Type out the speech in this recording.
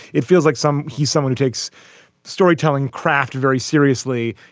it feels like some he's someone who takes storytelling craft very seriously.